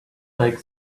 like